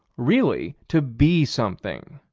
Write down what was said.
really to be something.